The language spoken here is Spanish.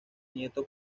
nieto